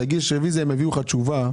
תגיש רביזיה והם יביאו לך תשובה.